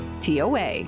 TOA